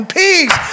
peace